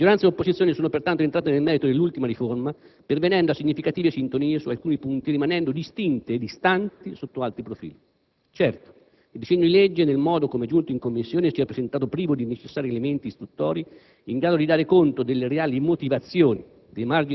Maggioranza ed opposizione sono pertanto entrate nel merito dell'ultima riforma, pervenendo a significative sintonie su alcuni punti e rimanendo distinte e distanti sotto altri profili. Certo, il disegno di legge, nel modo com'è giunto in Commissione, si è presentato privo dei necessari elementi istruttori in grado di dar conto delle reali motivazioni,